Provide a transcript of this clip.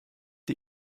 die